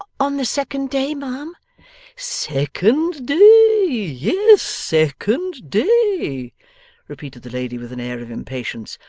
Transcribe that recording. on the second day, ma'am second day! yes, second day repeated the lady with an air of impatience.